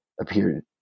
appeared